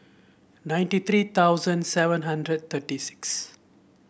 ninety three thousand seven hundred thirty six